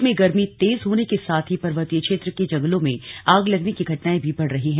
प्रदेश में गर्मी तेज होने के साथ ही पर्वतीय क्षेत्र के जंगलों में आग लगने की घटनाएं भी बढ़ गई हैं